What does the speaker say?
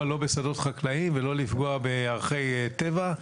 לא בשדות חקלאיים ולא לפגוע בערכי טבע.